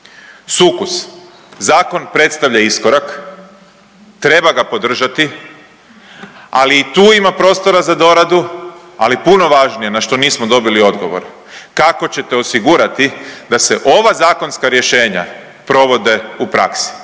Sukus, zakon predstavlja iskorak, treba ga podržati, ali i tu ima prostora za doradu, ali i puno važnije na što nismo dobili odgovor. Kako ćete osigurati da se ova zakonska rješenja provode u praksi